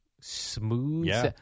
smooth